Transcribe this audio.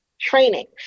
trainings